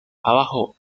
abajo